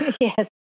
yes